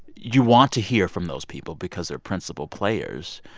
you want to hear from those people because they're principal players.